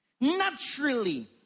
naturally